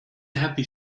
happy